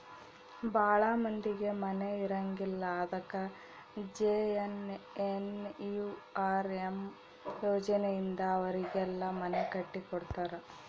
ಭಾಳ ಮಂದಿಗೆ ಮನೆ ಇರಂಗಿಲ್ಲ ಅದಕ ಜೆ.ಎನ್.ಎನ್.ಯು.ಆರ್.ಎಮ್ ಯೋಜನೆ ಇಂದ ಅವರಿಗೆಲ್ಲ ಮನೆ ಕಟ್ಟಿ ಕೊಡ್ತಾರ